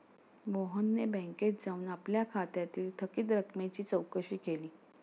मोहनने बँकेत जाऊन आपल्या खात्यातील थकीत रकमेची चौकशी केली